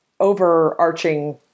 overarching